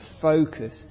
focus